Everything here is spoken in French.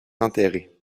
enterré